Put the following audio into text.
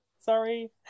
Sorry